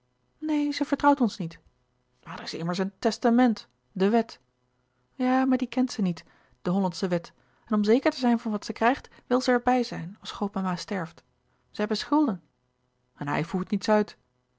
neen ze vertrouwt ons niet maar daar is immers een testament de wet ja maar die kent ze niet de hollandsche wet en om zeker te zijn van wat ze krijgt wil ze er bij zijn als grootmama sterft ze hebben schulden en hij voert niets uit